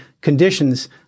conditions